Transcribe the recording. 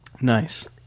Nice